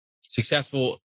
successful